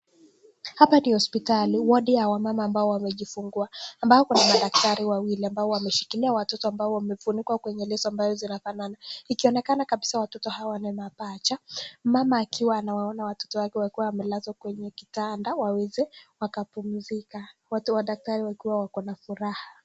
Hapa ndio hospitali, wodi ya wamama ambao wamejifungua, ambao kuna madaktari wawili ambao wameshikiilia watoto ambao wamefunikwa kwenye leso ambayo zinafanana. Ikionekana kabisa watoto hawa ni mapacha. Mama akiwa anawaona watoto wake wakiwa wamelazwa kwenye kitanda waweze wakapumzika. Watu wa daktari wakiwa wako na furaha.